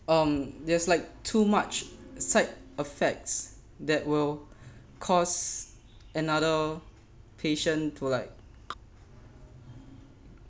um there's like too much side effects that will cause another patient to like